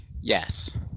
Yes